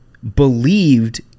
Believed